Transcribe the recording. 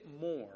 more